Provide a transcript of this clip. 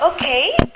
Okay